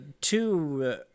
two